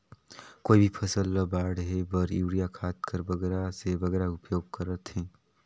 कोई भी फसल ल बाढ़े बर युरिया खाद कर बगरा से बगरा उपयोग कर थें?